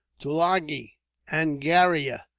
tulagi angria!